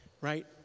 Right